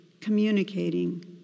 communicating